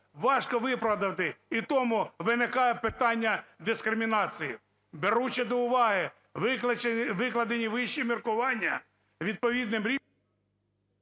важко виправдати, і тому виникає питання дискримінації. Беручи до уваги викладені вище міркування, відповідним…"